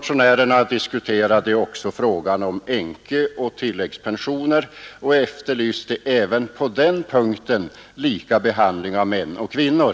Likaså diskuterade motionärerna frågan om änkeoch tilläggspensioner och efterlyste även på den punkten en lika behandling av män och kvinnor.